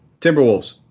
timberwolves